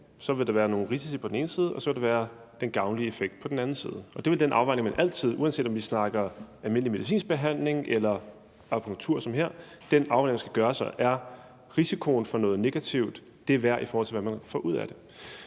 vil der være nogle risici på den ene side, og så vil der være den gavnlige effekt på den anden side, og det er vel den afvejning, man, uanset om vi snakker almindelig medicinsk behandling eller akupunktur som her, altid skal gøre sig, altså om risikoen for noget negativt er det værd, i forhold til hvad man kan få ud af det.